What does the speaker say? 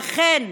אכן,